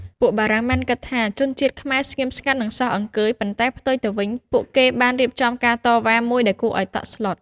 ពួកបារាំង បានគិតថាជនជាតិខ្មែរស្ងៀមស្ងាត់និងសោះអង្គើយ ប៉ុន្តែផ្ទុយទៅវិញ គេបានរៀបចំការតវ៉ា មួយដែលគួរអោយតក់ស្លុត។